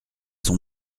son